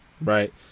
right